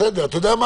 אולי